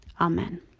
amen